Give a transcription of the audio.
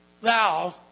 thou